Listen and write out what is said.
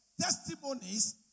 testimonies